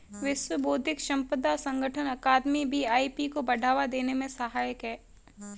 विश्व बौद्धिक संपदा संगठन अकादमी भी आई.पी को बढ़ावा देने में सहायक है